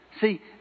See